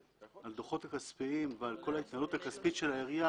על הדוחות הכספיים ועל כל ההתנהלות הכספית של העירייה,